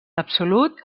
absolut